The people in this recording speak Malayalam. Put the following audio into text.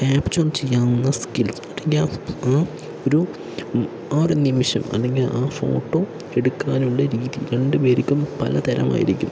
ക്യാപ്ചർ ചെയ്യാവുന്ന സ്കിൽസ് ആ ഒരു ആ ഒരു നിമിഷം അല്ലെങ്കിൽ ആ ഫോട്ടോ എടുക്കാനുള്ള രീതി രണ്ടു പേർക്കും പലതരമായിരിക്കും